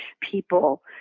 People